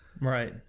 Right